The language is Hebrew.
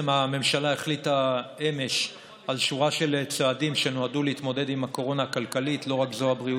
הממשלה החליטה אמש על שורה של צעדים שנועדו להתמודד עם הקורונה הכלכלית,